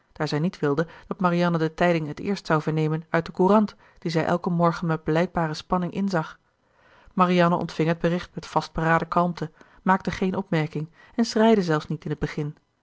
daar zij niet wilde dat marianne de tijding het eerst zou vernemen uit de courant die zij elken morgen met blijkbare spanning inzag marianne ontving het bericht met vastberaden kalmte maakte geene opmerking en schreide zelfs niet in het begin